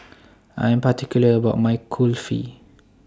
I Am particular about My Kulfi